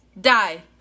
die